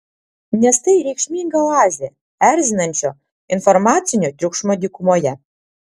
nes tai reikšminga oazė erzinančio informacinio triukšmo dykumoje